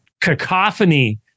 cacophony